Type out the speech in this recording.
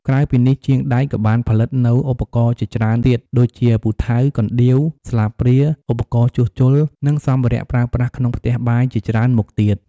ក្រៅពីនេះ ជាងដែកក៏បានផលិតនូវឧបករណ៍ជាច្រើនទៀត ដូចជា ពូថៅ កណ្ដៀវ ស្លាបព្រា ឧបករណ៍ជួសជុល និងសម្ភារៈប្រើប្រាស់ក្នុងផ្ទះបាយជាច្រើនមុខទៀត។